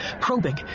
probing